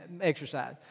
exercise